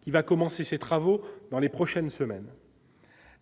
qui va commencer ses travaux dans les prochaines semaines